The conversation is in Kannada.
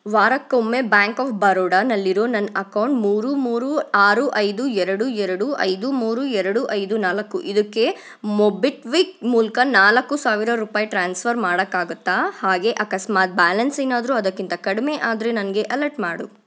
ವಾರಕ್ಕೊಮ್ಮೆ ಬ್ಯಾಂಕ್ ಆಫ್ ಬರೋಡಾನಲ್ಲಿರೋ ನನ್ನ ಅಕೌಂಟ್ ಮೂರು ಮೂರು ಆರು ಐದು ಎರಡು ಎರಡು ಐದು ಮೂರು ಎರಡು ಐದು ನಾಲ್ಕು ಇದಕ್ಕೆ ಮೊಬಿಟ್ಕ್ವಿಕ್ ಮೂಲಕ ನಾಲ್ಕು ಸಾವಿರ ರೂಪಾಯಿ ಟ್ರಾನ್ಸ್ಫರ್ ಮಾಡೋಕ್ಕಾಗತ್ತಾ ಹಾಗೆ ಅಕಸ್ಮಾತ್ ಬ್ಯಾಲೆನ್ಸ್ ಏನಾದರೂ ಅದಕ್ಕಿಂತ ಕಡಿಮೆ ಆದರೆ ನನಗೆ ಅಲರ್ಟ್ ಮಾಡು